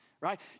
right